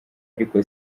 ariko